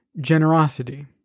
Generosity